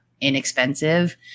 inexpensive